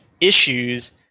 issues